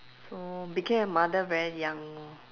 so became a mother very young orh